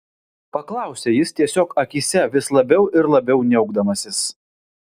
paklausė jis tiesiog akyse vis labiau ir labiau niaukdamasis